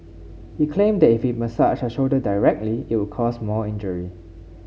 he claimed that if he massaged her shoulder directly it would cause more injury